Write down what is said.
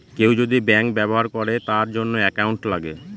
কেউ যদি ব্যাঙ্ক ব্যবহার করে তার জন্য একাউন্ট লাগে